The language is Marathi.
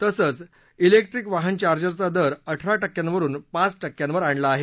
तसंच जेक्ट्रीक वाहन चार्जरचा दर आठरा टक्क्यांवरुन पाच टक्क्यांवर आणला आहे